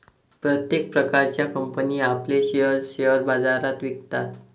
प्रत्येक प्रकारच्या कंपनी आपले शेअर्स शेअर बाजारात विकतात